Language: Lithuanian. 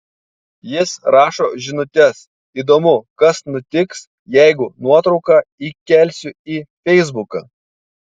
jis rašo žinutes įdomu kas nutiks jeigu nuotrauką įkelsiu į feisbuką